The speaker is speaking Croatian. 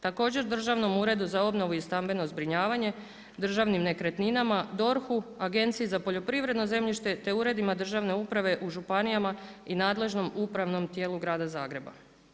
Također državnom uredu za obnovu i stambeno zbrinjavanje, državnim nekretninama, DORH-u, Agenciji za poljoprivredno zemljište te uredima državne uprave u županijama i nadležnom upravnom tijelu grada Zagreba.